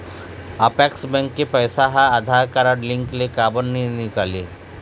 Apex bank के पैसा हा आधार कारड लिंक ले काबर नहीं निकले?